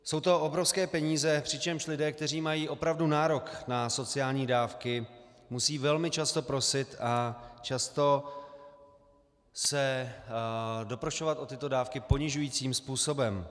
Jsou to obrovské peníze, přičemž lidé, kteří mají opravdu nárok na sociální dávky, musí velmi často prosit a často se doprošovat o tyto dávky ponižujícím způsobem.